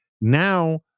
Now